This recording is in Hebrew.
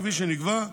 כפי שנקבע,